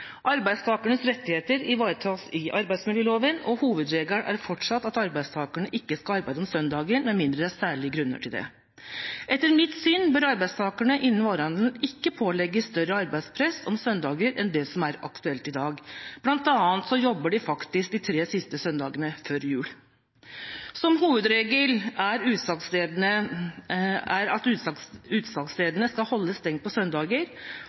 Arbeidstakernes rettigheter ivaretas i arbeidsmiljøloven, og hovedregelen er fortsatt at arbeidstakere ikke skal arbeide om søndagen med mindre det er særlige grunner til det. Etter mitt syn bør arbeidstakerne innen varehandelen ikke pålegges større arbeidspress om søndagene enn det som er aktuelt i dag. Blant annet jobber de faktisk de tre siste søndagene før jul. Selv om hovedregelen er at utsalgsstedene skal holdes stengt på søndager,